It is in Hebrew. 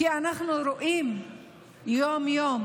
כי אנחנו רואים יום-יום